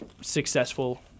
successful